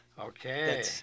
Okay